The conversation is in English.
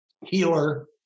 healer